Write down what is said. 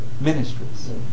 ministries